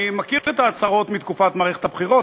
אני מכיר את ההצהרות מתקופת מערכת הבחירות,